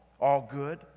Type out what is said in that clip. all-good